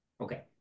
Okay